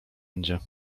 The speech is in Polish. będzie